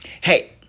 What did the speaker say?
Hey